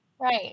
Right